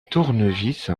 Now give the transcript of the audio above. tournevis